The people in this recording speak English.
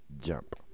Jump